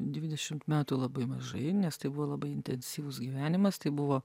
dvidešimt metų labai mažai nes tai buvo labai intensyvus gyvenimas tai buvo